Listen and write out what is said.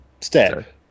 step